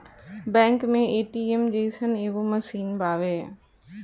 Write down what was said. bank मे ATM जइसन एगो मशीन बावे